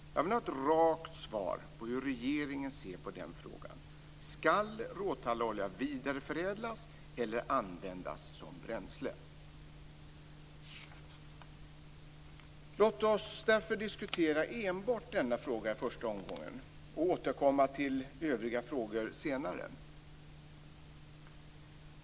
Jag vill ha ett rakt svar på hur regeringen ser på frågan om råtallolja skall vidareförädlas eller användas som bränsle. Låt oss därför enbart diskutera denna fråga i första omgången och återkomma till övriga frågor senare.